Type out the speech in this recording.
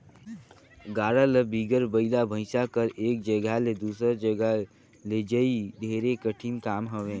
गाड़ा ल बिगर बइला भइसा कर एक जगहा ले दूसर जगहा लइजई ढेरे कठिन काम हवे